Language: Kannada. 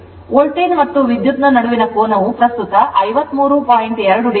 ಆದ್ದರಿಂದ ವೋಲ್ಟೇಜ್ ಮತ್ತು ವಿದ್ಯುತ್ ನ ನಡುವಿನ ಕೋನವು ಪ್ರಸ್ತುತ 53